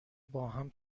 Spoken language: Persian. باهم